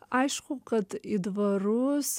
aišku kad į dvarus